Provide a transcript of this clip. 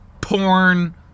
porn